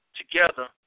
together